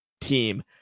team